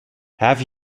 have